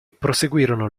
proseguirono